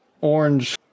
orange